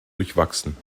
durchwachsen